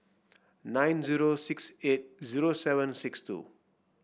nine zero six eight zero seven six two